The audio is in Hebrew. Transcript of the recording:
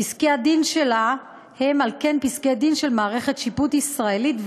פסקי-הדין שלה הם על כן פסקי-דין של מערכת שיפוט ישראלית,